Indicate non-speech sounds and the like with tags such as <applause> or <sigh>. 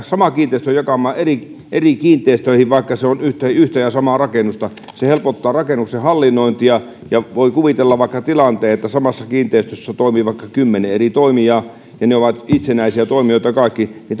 sama kiinteistö jakamaan eri eri kiinteistöihin vaikka se on yhtä yhtä ja samaa rakennusta se helpottaa rakennuksen hallinnointia voi kuvitella vaikka tilanteen että samassa kiinteistössä toimii vaikka kymmenen eri toimijaa ja ne ovat itsenäisiä toimijoita kaikki ja <unintelligible>